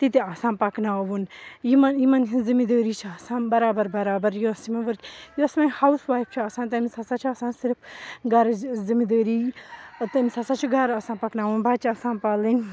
تِتہٕ آسان پَکناوُن یِمَن یِمَن ہٕنٛز ذِمہٕ دأری چھِ آسان بَرابَر بَرابَر یۅس مےٚ ؤنۍ یۅس وۅنۍ ہاوُس وایِف چھِ آسان تٔمِس ہَسا چھِ آسان صِرف گَرٕچ ذِمہٕ دأری تٔمِس ہَسا چھِ گرِ آسان پَکناوُن بَچہِ آسان پالٕنۍ